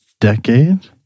decade